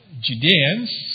Judeans